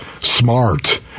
Smart